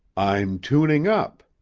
i'm tuning up.